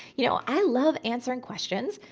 you know, i love answering questions.